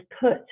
put